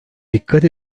dikkat